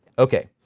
okay,